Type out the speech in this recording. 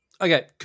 Okay